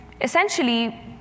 essentially